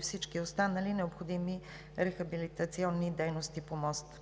всички останали необходими рехабилитационни дейности по моста.